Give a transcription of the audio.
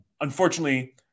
Unfortunately